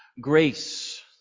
Grace